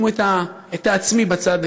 שימו את העצמי בצד,